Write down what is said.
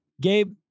Gabe